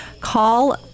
call